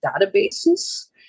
databases